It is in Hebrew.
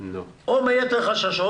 או בגלל חששות